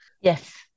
Yes